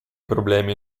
problemi